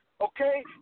okay